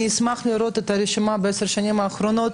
אשמח לראות את הרשימה בעשר השנים האחרונות,